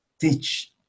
teach